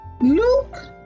Luke